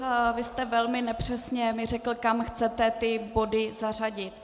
Vy jste velmi nepřesně řekl, kam chcete ty body zařadit.